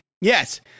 yes –